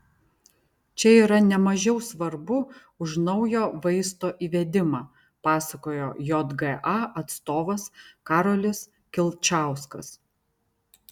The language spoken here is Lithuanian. čia yra ne mažiau svarbu už naujo vaisto įvedimą pasakojo jga atstovas karolis kilčauskas